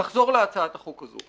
נחזור להצעת החוק הזו.